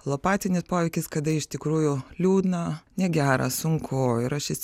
lopatinis poveikis kada iš tikrųjų liūdna negera sunku ir aš įsi